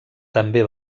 també